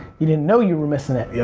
you didn't know you were missing that. yeah